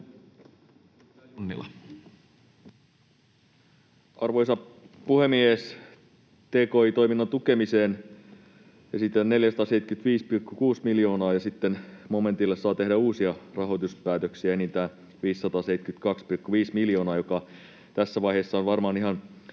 Arvoisa puhemies! Tki-toiminnan tukemiseen esitetään 475,6 miljoonaa, ja sitten momentille saa tehdä uusia rahoituspäätöksiä enintään 572,5 miljoonaa, mikä tässä vaiheessa on varmaan ihan